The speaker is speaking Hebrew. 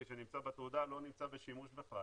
שנמצא בתעודה לא נמצא בשימוש בכלל.